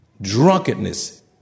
drunkenness